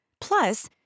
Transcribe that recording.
Plus